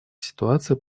ситуации